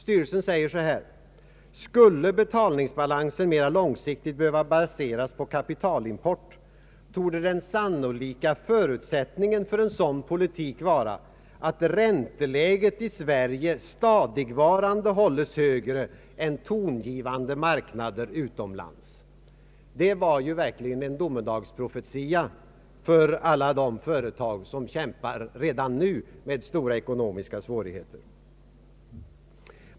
Man säger: ”Skulle betalningsbalansen mera långsiktigt behöva baseras på kapitalimport, torde den sannolika förutsättningen för en sådan politik vara, att ränteläget i Sverige stadigvarande hålles högre än på tongivande marknader utomlands.” Det var ju verkligen en domedagsprofetia för alla de företag som redan nu kämpar med stora ekonomiska svårigheter.